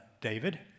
David